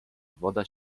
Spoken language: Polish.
woda